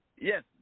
Yes